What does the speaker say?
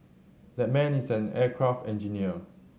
that man is an aircraft engineer